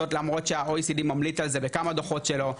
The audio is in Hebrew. זאת למרות שה- OECD ממליץ על זה בכמה דו"חות שלו.